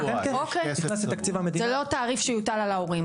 זה לא תעריף שיוטל על ההורים.